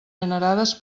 generades